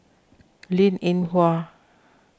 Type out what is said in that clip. Linn in Hua